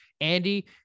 Andy